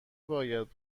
باید